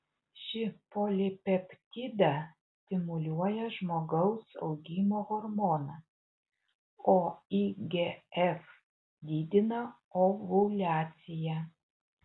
šį polipeptidą stimuliuoja žmogaus augimo hormonas o igf didina ovuliaciją